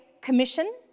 commission